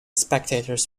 spectators